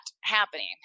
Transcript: happening